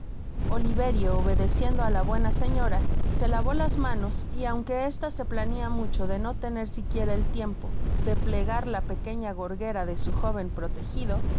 oliverio obedeciendo á la buena señora se lavó las manos y aunque esta se plañia mucho de no tener siquiera el tiempo de plegar la pequeña gorguera de su joven protegido